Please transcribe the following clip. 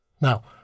Now